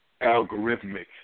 algorithmic